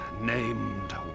named